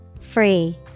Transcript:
Free